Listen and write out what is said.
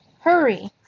hurry